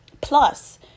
Plus